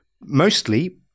mostly